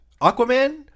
Aquaman